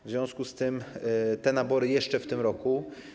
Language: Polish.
W związku z tym te nabory będą jeszcze w tym roku.